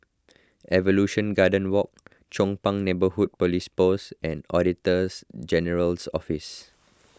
Evolution Garden Walk Chong Pang Neighbourhood Police Post and Auditors General's Office